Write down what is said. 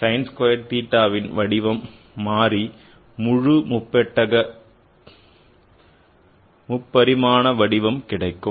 sin squared thetaவின் வடிவம் மாறி முழு முப்பட்டக வடிவம் கிடைக்கும்